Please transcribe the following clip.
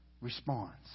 responds